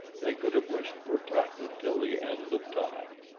they could have wished protracted till the end of time.